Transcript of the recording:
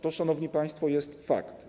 To, szanowni państwo, jest fakt.